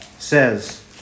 Says